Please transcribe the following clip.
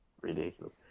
Ridiculous